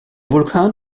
vulkan